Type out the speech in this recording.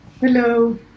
hello